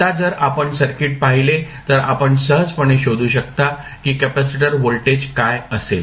आता जर आपण सर्किट पाहिले तर आपण सहजपणे शोधू शकता की कॅपेसिटर व्होल्टेज काय असेल